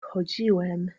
wchodziłem